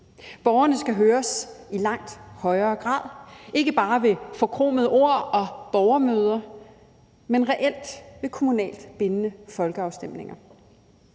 Borgerne skal høres i langt højere grad, ikke bare ved forkromede ord og borgermøder, men reelt ved kommunalt bindende folkeafstemninger.